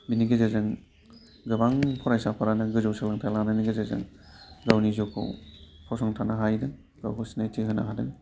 बिनि गेजेरजों गोबां फरायसाफोरानो गोजौ सोलोंथाइ लानायनि गेजेरजों गावनि जिउखौ फसंथानो हाहैदों गावखौ सिनायथि होनो हादों